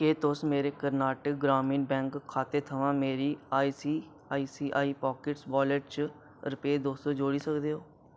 केह् तुस मेरे कर्नाटक ग्रामीण बैंक खाते थमां मेरे I C I C I pockets wallet च रपेऽ दो सौ जोड़ी सकदे ओ